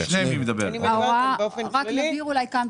רק נבהיר אולי כאן,